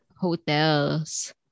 hotels